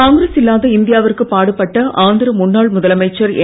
காங்கிரஸ் இல்லாத இந்தியாவிற்கு பாடுபட்ட ஆந்திர முன்னாள் முதலமைச்சர் என்